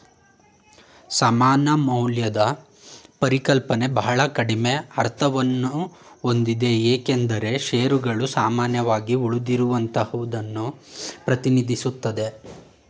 ಸಮಾನ ಮೌಲ್ಯದ ಪರಿಕಲ್ಪನೆ ಬಹಳ ಕಡಿಮೆ ಅರ್ಥವನ್ನಹೊಂದಿದೆ ಏಕೆಂದ್ರೆ ಶೇರುಗಳು ಸಾಮಾನ್ಯವಾಗಿ ಉಳಿದಿರುವಹಕನ್ನ ಪ್ರತಿನಿಧಿಸುತ್ತೆ